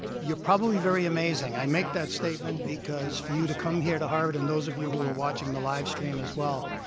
you're probably very amazing. i make that statement because for you to come here to harvard and those of you who are watching the live stream as well